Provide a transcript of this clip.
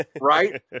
Right